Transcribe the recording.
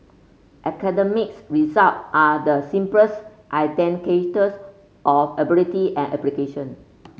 academics result are the simplest indicators of ability and application